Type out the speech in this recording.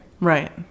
Right